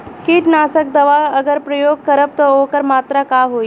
कीटनाशक दवा अगर प्रयोग करब त ओकर मात्रा का होई?